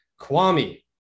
Kwame